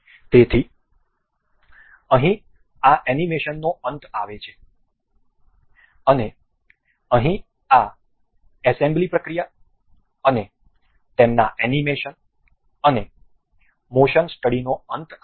તેથી અહીં આ એનિમેશનનો અંત આવે છે અને અહીં આ એસેમ્બલી પ્રક્રિયા અને તેમના એનિમેશન અને મોશન સ્ટડીનો અંત આવે છે